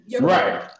Right